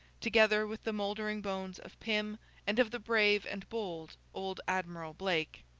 together with the mouldering bones of pym and of the brave and bold old admiral blake.